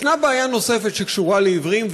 יש בעיה נוספת שקשורה לעיוורים,